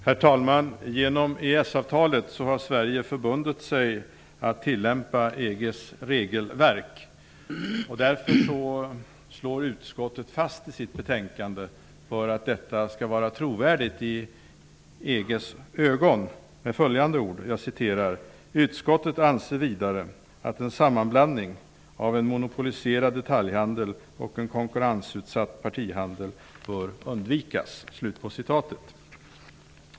Herr talman! Genom EES-avtalet har Sverige förbundit sig att tillämpa EG:s regelverk. För att detta skall vara trovärdigt i EG:s ögon slår utskottet fast i sitt betänkande: ''Utskottet anser vidare att en sammanblandning av en monopoliserad detaljhandel och en konkurrensutsatt partihandel bör undvikas.''